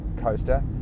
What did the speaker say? coaster